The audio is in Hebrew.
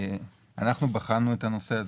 אנחנו בחנו את הנושא הזה.